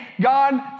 God